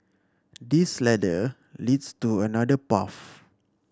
this ladder leads to another path